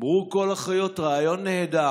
אמרו כל החיות: רעיון נהדר.